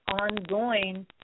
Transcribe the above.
ongoing